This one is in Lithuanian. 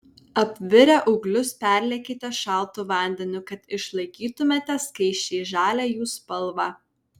apvirę ūglius perliekite šaltu vandeniu kad išlaikytumėte skaisčiai žalią jų spalvą